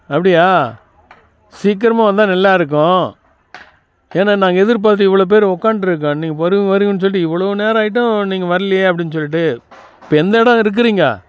அப்படியா சீக்கிரமாக வந்தால் நல்லா இருக்கும் ஏன்னா நாங்கள் எதிர்பார்த்து இவ்வளோ பேர் உட்கான்ட்டுருக்கோம் நீங்கள் வருவீங்க வருவீங்கன்னு சொல்லிட்டு இவ்வளோ நேரம் ஆகிட்டும் நீங்கள் வர்லையே அப்படின்னு சொல்லிட்டு இப்போ எந்த இடம் இருக்கிறீங்க